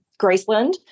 Graceland